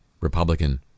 Republican